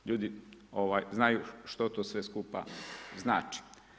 Ljudi znaju što to sve skupa znači.